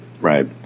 Right